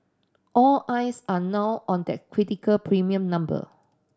all eyes are now on that critical premium number